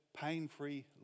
pain-free